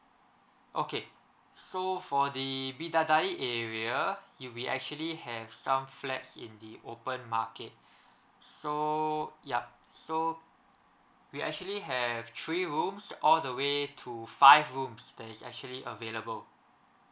okay so for the bidadari area it'll be actually have some flats in the open market so yup so we actually have three rooms all the way to five rooms that is actually available